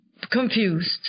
confused